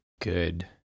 good